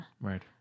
Right